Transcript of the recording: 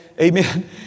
amen